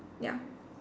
ya